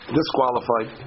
Disqualified